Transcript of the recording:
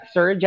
Sir